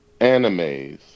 animes